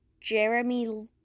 Jeremy